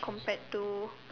compared to